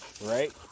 right